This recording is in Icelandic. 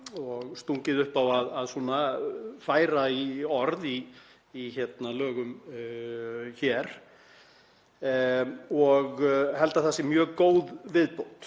og stungið upp á að færa í orð í lögum. Ég held að það sé mjög góð viðbót.